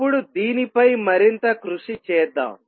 ఇప్పుడు దీనిపై మరింత కృషి చేద్దాం